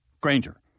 Granger